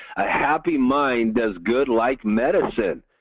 a happy mind does good like medicine.